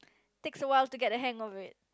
takes a while to get a hang of it